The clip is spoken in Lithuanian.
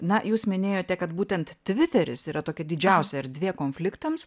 na jūs minėjote kad būtent tviteris yra tokia didžiausia erdvė konfliktams